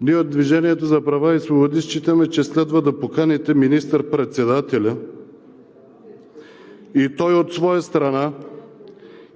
ние от „Движението за права и свободи“ считаме, че следва да поканите министър-председателя и той от своя страна